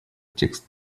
текст